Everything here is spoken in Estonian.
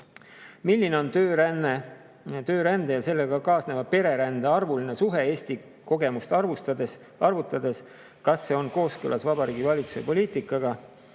Milline on töörände ja sellega kaasneva pererände arvuline suhe Eesti kogemust arvestades, kas see on kooskõlas Vabariigi Valitsuse poliitikaga?